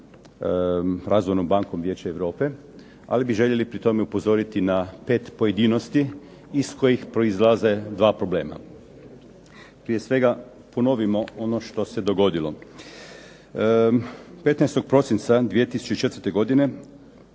Razvojnom bankom Vijeća Europe, ali bi željeli pri tome upozoriti na pet pojedinosti iz kojih proizlaze dva problema. Prije svega, ponovimo ono što se dogodilo. 15. prosinca 2004. godine